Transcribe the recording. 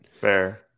Fair